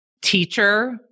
teacher